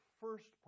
first